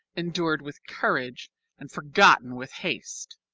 endured with courage and forgotten with haste.